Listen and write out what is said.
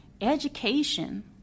Education